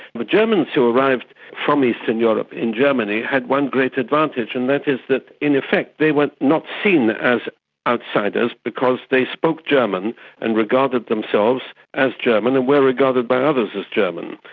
but germans who arrived from eastern europe in germany had one great advantage and that is that in effect they were not seen as outsiders because they spoke german and regarded themselves as german and were regarded by others as german.